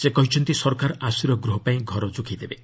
ସେ କହିଛନ୍ତି ସରକାର ଆଶ୍ରୟ ଗୃହ ପାଇଁ ଘର ଯୋଗାଇ ଦେବେ